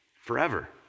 forever